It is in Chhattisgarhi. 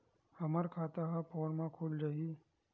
हमर खाता ह फोन मा खुल जाही?